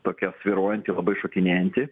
tokia svyruojanti labai šokinėjanti